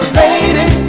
lady